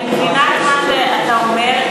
אני מבינה מה שאתה אומר.